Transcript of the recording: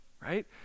right